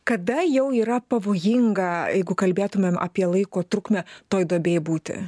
kada jau yra pavojinga jeigu kalbėtumėm apie laiko trukmę toj duobėj būti